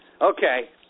okay